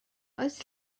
oes